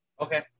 Okay